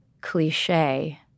cliche